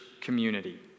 community